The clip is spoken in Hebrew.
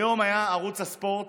היום ערוץ הספורט,